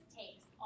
takes